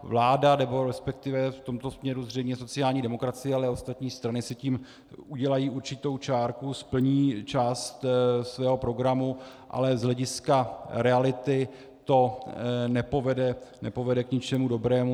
Vláda, nebo resp. v tomto směru zřejmě sociální demokracie, ale ostatní strany si tím udělají určitou čárku, splní část svého programu, ale z hlediska reality to nepovede k ničemu dobrému.